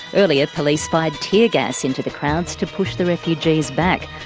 earlier police fired tear gas into the crowds to push the refugees back.